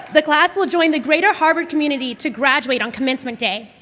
the class will join the greater harvard community to graduate on commencement day,